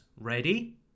Ready